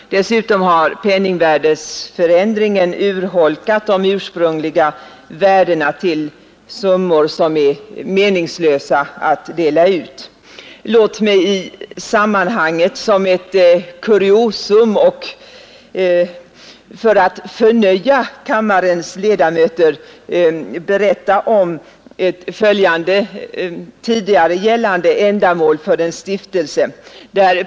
Eller också har penningvärdeförändringen urholkat de ursprungliga värdena till summor som är meningslösa att dela ut. Låt mig i detta sammanhang som ett kuriosum och för att förnöja kammarens ledamöter berätta om följande tidigare gällande ändamål för en stiftelse.